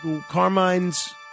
Carmine's